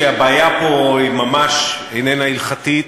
צריך להילחם על זה.